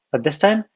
but this time,